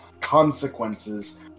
consequences